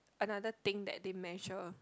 another thing that they measure